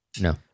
No